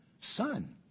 Son